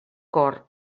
cor